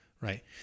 right